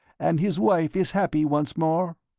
and his wife is happy once more?